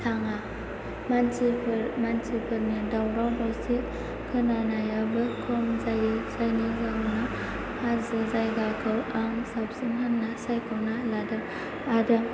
थाङा मानसिफोर मानसिफोरनि दावराव दावसि खोनानायाबो खम जायो जायनि जावनाव हाजो जायगाखौ आं साबसिन होनना सायख'ना लादों आरो